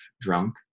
drunk